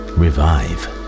revive